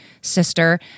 sister